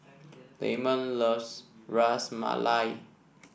Lamont loves Ras Malai